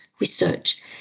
research